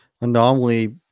Anomaly